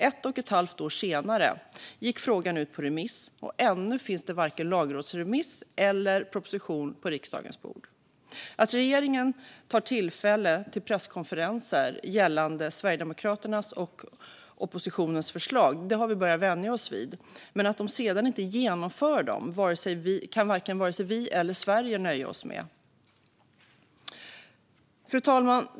Ett och ett halvt år senare gick frågan ut på remiss, och ännu finns det varken en lagrådsremiss eller en proposition på riksdagens bord. Att regeringen tar tillfället i akt och håller presskonferenser gällande Sverigedemokraternas och oppositionens förslag har vi börjat vänja oss vid, men att de sedan inte genomför dem kan varken vi eller Sverige nöja oss med. Fru talman!